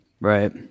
right